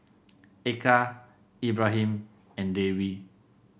Eka Ibrahim and Dewi